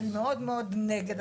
אני מאוד מאוד נגד,